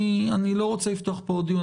אני לא רוצה לפתוח פה עוד דין,